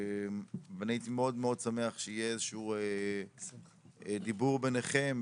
ואני הייתי מאוד מאוד שמח שיהיה איזה שהוא דיבור ביניכם,